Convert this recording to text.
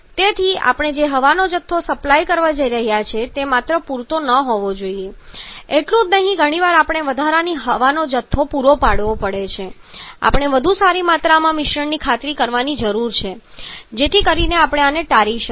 તેથી આપણે જે હવાનો જથ્થો સપ્લાય કરવા જઈ રહ્યા છીએ તે માત્ર પૂરતો જ હોવો જોઈએ એટલું જ નહીં ઘણીવાર આપણે વધારાની હવાનો જથ્થો પૂરો પાડવો પડે છે અથવા આપણે વધુ સારી માત્રામાં મિશ્રણની ખાતરી કરવાની જરૂર છે જેથી કરીને આપણે આને ટાળી શકીએ